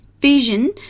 vision